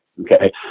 Okay